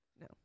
no